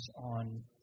on